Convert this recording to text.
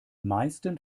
meisten